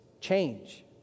change